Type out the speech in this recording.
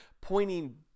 pointing